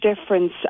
difference